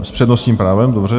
S přednostním právem, dobře.